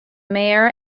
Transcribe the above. mayor